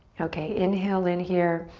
okay, inhale in here.